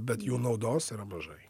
bet jų naudos yra mažai